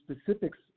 specifics